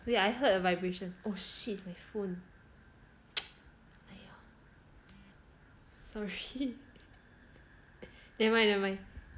wait I heard a vibration oh shit it's my phone sorry nevermind nevermind